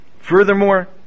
Furthermore